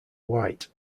white